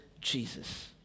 Jesus